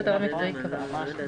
נוסח: